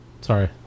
sorry